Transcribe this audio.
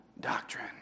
doctrine